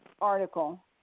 article